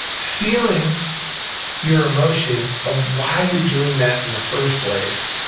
feeling your emotion of why you're doing that in the first place,